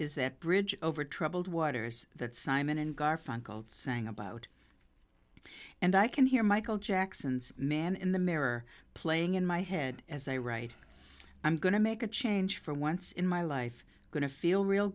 is that bridge over troubled waters that simon and garfunkel sang about and i can hear michael jackson's man in the mirror playing in my head as i write i'm going to make a change for once in my life going to feel real